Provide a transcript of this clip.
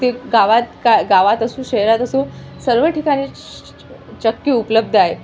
ते गावात का गावात असू शहरात असू सर्व ठिकाणी च चक्की उपलब्ध आहे